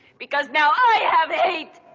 because now i have eight.